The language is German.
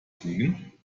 fliegen